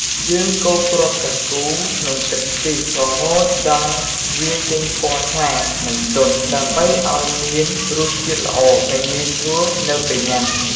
យើងកូរគ្រាប់សាគូក្នុងទឹកខ្ទិះ រហូតដល់វាចេញពណ៌ថ្លា និងទន់ ដើម្បីឱ្យមានរសជាតិល្អ និងងាយស្រួលនៅពេលញុាំ។